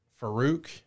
farouk